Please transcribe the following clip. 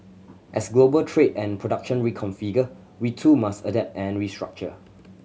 as global trade and production reconfigure we too must adapt and restructure